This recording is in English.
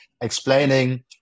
explaining